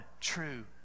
true